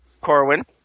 Corwin